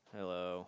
Hello